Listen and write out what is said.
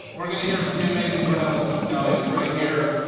we're gonna hear from the amazing brunello cucinelli, who's right here.